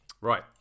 right